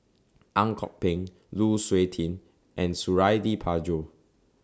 Ang Kok Peng Lu Suitin and Suradi Parjo